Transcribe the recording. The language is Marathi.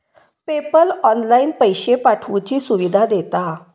पेपल ऑनलाईन पैशे पाठवुची सुविधा देता